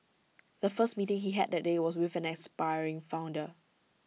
the first meeting he had that day was with an aspiring founder